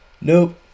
Nope